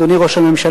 אדוני ראש הממשלה,